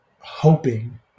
hoping